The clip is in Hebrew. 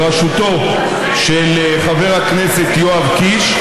בראשותו של חבר הכנסת יואב קיש,